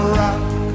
rock